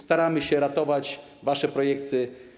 Staramy się ratować wasze projekty.